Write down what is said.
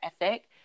ethic